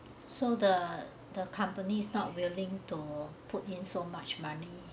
so the the company is not willing to put in so much money